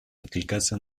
откликаться